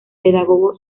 pedagogo